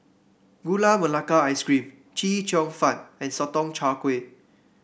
Gula Melaka Ice Cream Chee Cheong Fun and Sotong Char Kway